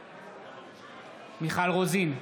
בעד מיכל רוזין,